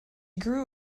grew